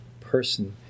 person